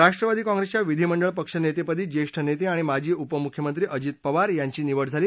राष्ट्रवादी काँग्रेसच्या विधीमंडळ पक्ष नेतेपदी ज्येष्ठ नेते आणि माजी उपमुख्यमंत्री अजित पवार यांची निवड झाली